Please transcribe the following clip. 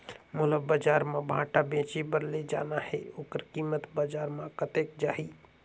मोला बजार मां भांटा बेचे बार ले जाना हे ओकर कीमत बजार मां कतेक जाही?